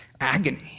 agony